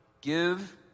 Give